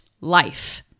life